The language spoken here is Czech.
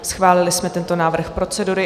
Schválili jsme tento návrh procedury.